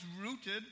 rooted